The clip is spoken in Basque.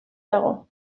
dago